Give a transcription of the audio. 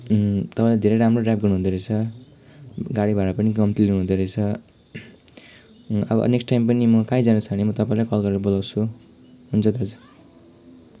तपाईँले धेरै राम्रो ड्राइभ गर्नुहुँदो रहेछ गाडी भाडा पनि कम्ति लिनुहुँदो रहेछ अब नेक्स्ट टाइम पनि म कहीँ जानु छ भने म तपाईँलाई कल गरेर बोलाउँछु हुन्छ दाजु